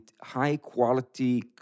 high-quality